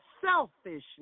selfishness